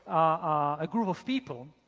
a group of people,